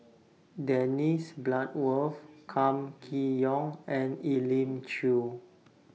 Dennis Bloodworth Kam Kee Yong and Elim Chew